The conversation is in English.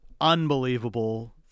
unbelievable